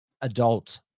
adult